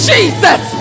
Jesus